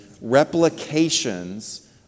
replications